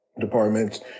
departments